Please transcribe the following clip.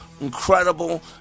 incredible